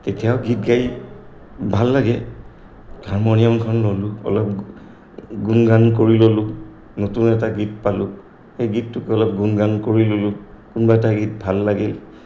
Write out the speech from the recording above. তেতিয়াও গীত গাই ভাল লাগে হাৰমনিয়ামখন ল'লোঁ অলপ গুণ গান কৰি ল'লোঁ নতুন এটা গীত পালোঁ সেই গীতটোকে অলপ গুণ গান কৰি ল'লোঁ কোনোবা এটা গীত ভাল লাগিল